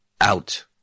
Out